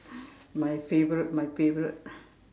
my favorite my favorite